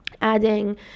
adding